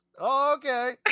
Okay